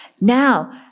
Now